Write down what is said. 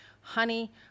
honey